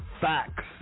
facts